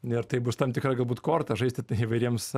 ir tai bus tam tikra galbūt korta žaisti įvairiems